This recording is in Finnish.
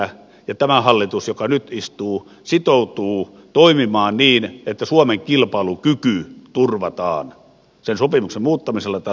ja tämä hallitus joka nyt istuu sitoutuu toimimaan niin että suomen kilpailukyky turvataan sen sopimuksen muuttamisella tai lykkäämisellä